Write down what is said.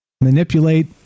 manipulate